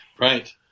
right